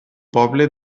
poble